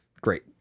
great